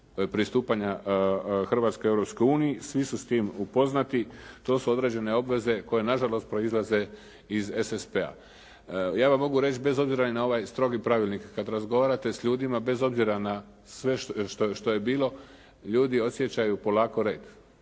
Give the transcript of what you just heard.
pristupanja Hrvatske Europskoj uniji. Svi su s tim upoznati. To su određene obveze koje nažalost proizlaze iz SSP-a. Ja vam mogu reći, bez obzira na ovaj strogi pravilnik, kad razgovarate s ljudima bez obzira na sve što je bilo ljudi osjećaju polako red.